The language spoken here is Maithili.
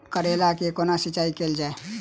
करैला केँ कोना सिचाई कैल जाइ?